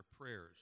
prayers